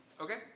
Okay